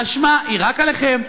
האשמה היא רק עליכם,